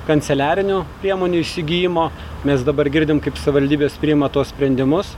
kanceliarinių priemonių įsigijimo mes dabar girdim kaip savivaldybės priima tuos sprendimus